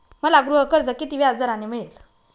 मला गृहकर्ज किती व्याजदराने मिळेल?